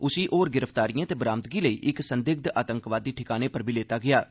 उसी होर गिरफ्तारिए ते बरामदगी लेई इक संदिग्घ आतंकवादी ठिकाने पर बी लेता गेआ ऐ